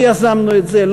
לא יזמנו את זה,